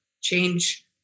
change